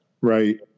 Right